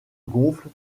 gonfle